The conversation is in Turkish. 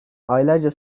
aylarca